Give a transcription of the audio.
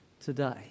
today